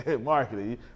Marketing